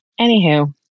Anywho